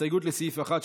הסתייגויות לסעיף 1,